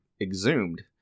exhumed